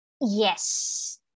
Yes